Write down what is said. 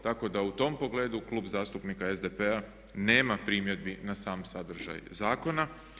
Tako da u tom pogledu Klub zastupnika SDP-a nema primjedbi na sam sadržaj zakona.